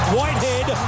Whitehead